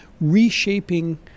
reshaping